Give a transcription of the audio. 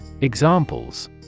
Examples